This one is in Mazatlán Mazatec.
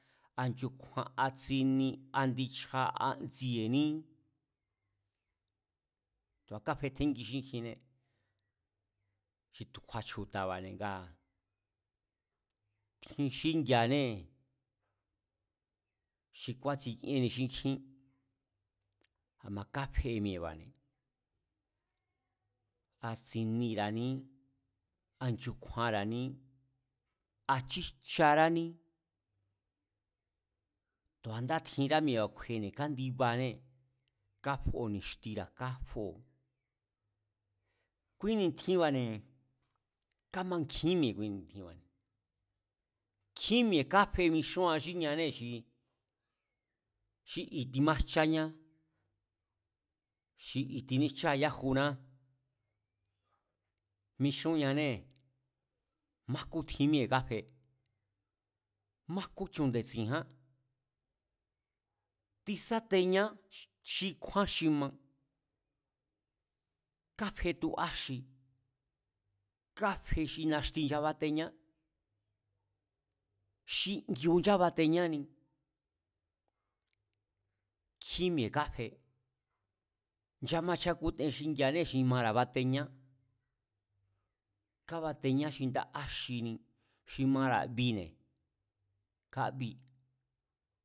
A nchukju̱a̱, a tsini, a ndichja, a ndsi̱e̱ní, tu̱a kafetjengi xínkjiné xi tu̱ kju̱a̱chju̱ta̱ba̱ne̱, ngaa̱ tjin xíngi̱a̱né xi kúaatsie kíénni xínkjín, a̱ma kafe mi̱e̱ba̱ne̱. A tsinira̱ ní a nchukju̱a̱nra̱ní a̱ chíjcharání, tu̱a ndá tjinra mi̱e̱ba̱ kjuene̱, kándibanée̱, kafoo̱ ni̱xtira̱ káfoo̱, kui ni̱tjinba̱ne̱ kámankjín mi̱e̱ kui ni̱tjinba̱ne̱, nkjín mi̱e̱ kafe mixúan xí nane xi i̱ timájcháñá xi i̱ tiníjcháayájuná, mixúnñanée̱ májkú tjin miée̱ káfe, májku̱ chu nde̱tsi̱n ján, tisáteñá xi kjúán xi ma, káfe tu axi káfe xi naxti nchabateñá, xi ngiu̱ nchábateñáni, nkjín mi̱e̱ kafe, nchamachakuten xingi̱a̱anée̱ xi mara̱ bateñá, kabateñá xi nda áxini, xi mara̱ bine̱, kábi